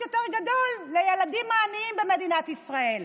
יותר גדול לילדים העניים במדינת ישראל,